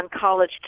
college